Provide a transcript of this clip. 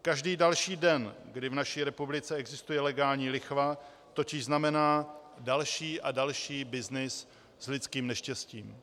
Každý další den, kdy v naší republice existuje legální lichva, totiž znamená další a další byznys s lidským neštěstím.